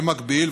במקביל,